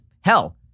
hell